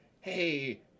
Hey